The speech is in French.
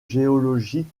géologiques